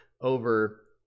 over